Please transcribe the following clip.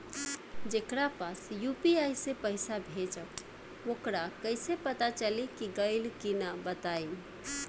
जेकरा पास यू.पी.आई से पईसा भेजब वोकरा कईसे पता चली कि गइल की ना बताई?